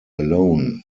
alone